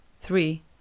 three